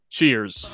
Cheers